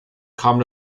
kam